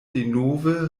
denove